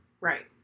Right